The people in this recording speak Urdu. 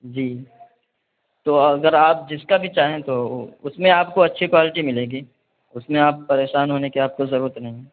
جی تو اگر آپ جس کا بھی چاہیں تو اس میں آپ کو اچھی کوالٹی ملے گی اس میں آپ پریشان ہونے کی آپ کو ضرورت نہیں ہے